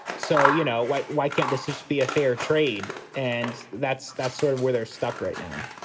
so you know why? why can't this issue be a fair trade? and that's that's sort of where they're stuck right now,